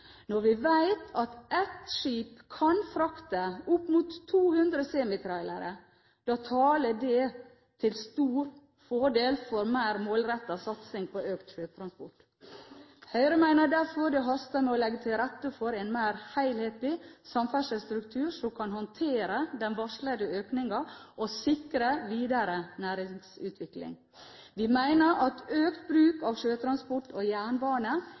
Når vi vet at ett skip kan frakte opp mot 200 semitrailere, taler det til stor fordel for en mer målrettet satsing på økt sjøtransport. Høyre mener derfor det haster med å legge til rette for en mer helhetlig samferdselsstruktur, som kan håndtere den varslede økningen og sikre videre næringsutvikling. Vi mener at økt bruk av sjøtransport og jernbane